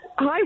Hi